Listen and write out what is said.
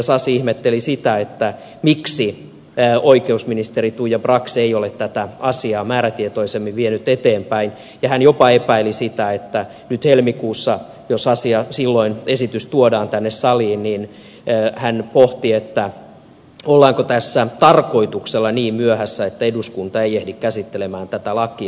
sasi ihmetteli sitä miksi oikeusministeri tuija brax ei ole tätä asiaa määrätietoisemmin vienyt eteenpäin ja hän jopa epäili ja pohti sitä että nyt helmikuussa jos silloin esitys tuodaan tänne saliin ollaanko tässä tarkoituksella niin myöhässä että eduskunta ei ehdi käsittelemään tätä lakia